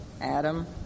Adam